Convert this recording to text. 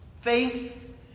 faith